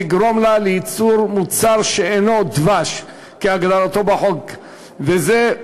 תגרום לה לייצר מוצר שאינו דבש כהגדרתו בחוק זה,